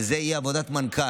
וזו תהיה עבודת מנכ"ל,